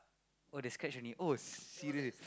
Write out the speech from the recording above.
oh the scratch only oh serious